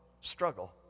struggle